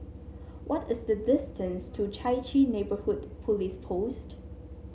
what is the distance to Chai Chee Neighbourhood Police Post